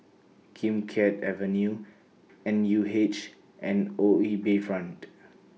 Kim Keat Avenue N U H and O E Bayfront